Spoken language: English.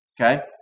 Okay